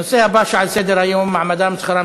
הנושא הבא שעל סדר-היום: מעמדם ושכרם